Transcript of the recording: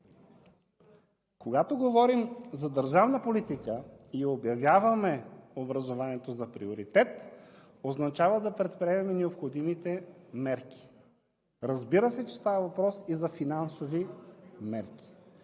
Когато говорим за държавна политика и обявяваме образованието за приоритет, означава да предприемем необходимите мерки. Разбира се, че става въпрос и за финансови мерки,